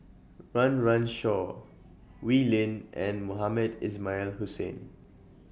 Run Run Shaw Wee Lin and Mohamed Ismail Hussain